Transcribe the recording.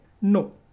No